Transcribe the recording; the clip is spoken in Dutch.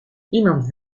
iemand